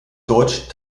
deutsch